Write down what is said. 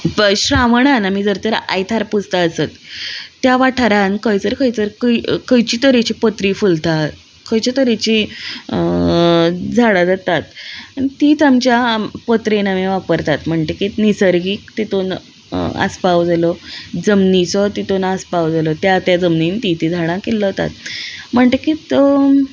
पळय श्रावणान आमी जर तर आयतार पुजता आसत त्या वाठारान खंयसर खंयचर कय खंयचे तरेची पत्री फुलतात खंयच्या तरेचीं झाडां जातात तींत आमच्या पत्रेन आमी वापरतात म्हणटकीत निसर्गीक तितून आसपाव जालो जमनीचो तितून आसपाव जालो त्या त्या जमनीन तीं तीं झाडां किल्लतात म्हणटकीत